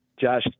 Josh